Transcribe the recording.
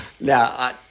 Now